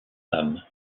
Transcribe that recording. femme